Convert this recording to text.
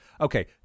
okay